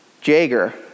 Jager